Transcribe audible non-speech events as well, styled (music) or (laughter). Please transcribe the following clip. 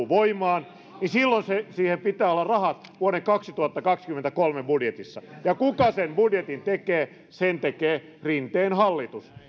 (unintelligible) voimaan silloin siihen pitää olla rahat vuoden kaksituhattakaksikymmentäkolme budjetissa ja kuka sen budjetin tekee sen tekee rinteen hallitus